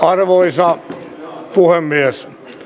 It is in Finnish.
arvoisa puhemies